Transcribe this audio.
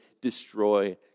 destroy